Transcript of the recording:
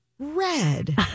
Red